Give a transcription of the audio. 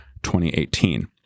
2018